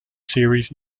series